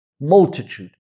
multitude